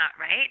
right